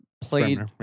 played